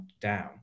down